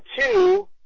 two